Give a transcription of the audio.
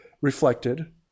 reflected